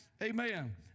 Amen